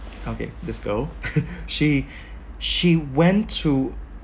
okay this girl she she went to